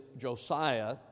Josiah